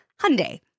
Hyundai